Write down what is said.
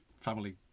family